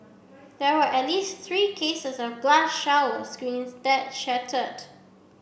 there were at least three cases of glass shower screens that shattered